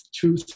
two